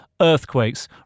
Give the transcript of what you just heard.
Earthquakes